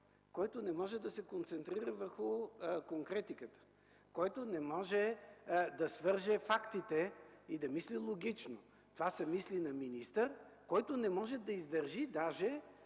Който не може да се концентрира върху конкретиката. Който не може да свърже фактите и да мисли логично. Това са мисли на министър, който не може да издържи даже